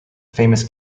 famous